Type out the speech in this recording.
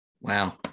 wow